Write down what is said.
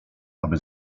aby